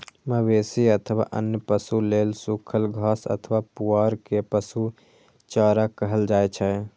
मवेशी अथवा अन्य पशु लेल सूखल घास अथवा पुआर कें पशु चारा कहल जाइ छै